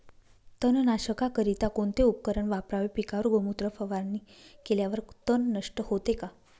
तणनाशकाकरिता कोणते उपकरण वापरावे? पिकावर गोमूत्र फवारणी केल्यावर तण नष्ट होते का?